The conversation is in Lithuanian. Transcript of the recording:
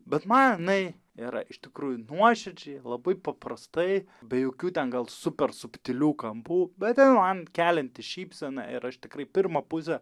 bet man jinai yra iš tikrųjų nuoširdžiai labai paprastai be jokių ten gal super subtilių kampų bet jin man kelianti šypseną ir aš tikrai pirmą pusę